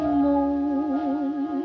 moon